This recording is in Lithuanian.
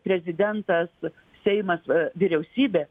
prezidentas seimas vyriausybė